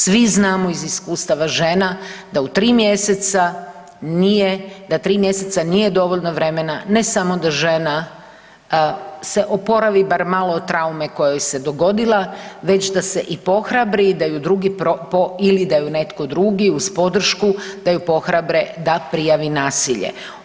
Svi znamo iz iskustava žena da u 3 mjeseca nije, da 3 mjeseca nije dovoljno vremena, ne samo da žena se oporavi bar malo od traume koja joj se dogodila već da se i poohrabri i da ju drugi, ili da ju netko drugi, uz podršku, da ju pohrabre da prijavi nasilje.